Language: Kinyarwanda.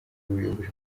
ubuyobozi